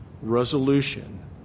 resolution